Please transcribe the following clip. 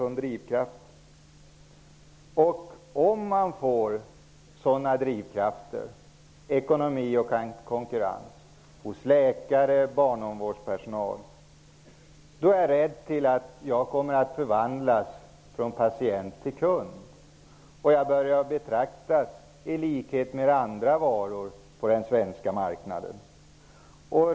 Om läkare och personal inom barnomsorgen motiveras av sådana drivkrafter är jag rädd att jag kommer att förvandlas från patient till kund. Jag börjar då betraktas på samma sätt som andra varor på den svenska marknaden.